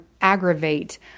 aggravate